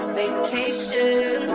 vacation